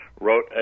wrote